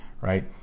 right